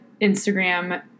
Instagram